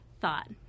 thought